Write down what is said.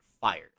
fired